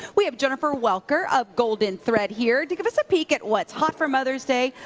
we have jennifer welker of golden thread here to give us a peek at what's hot for mother's day.